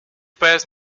pés